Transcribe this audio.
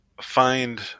find